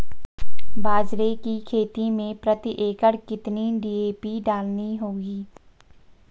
बाजरे की खेती में प्रति एकड़ कितनी डी.ए.पी डालनी होगी?